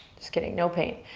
just kidding, no pain.